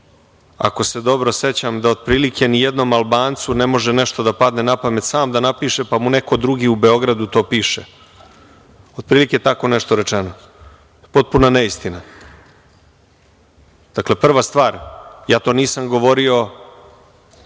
ako se dobro sećam, da otprilike nijednom Albancu ne može nešto da padne na pamet sam da napiše, pa, mu neko drugi u Beogradu to piše, otprilike, tako nešto rečeno. Potpuna neistina. Dakle, prva stvar, to nisam govorio